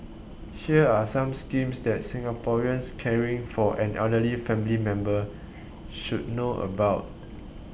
here are some schemes that Singaporeans caring for an elderly family member should know about